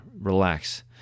relax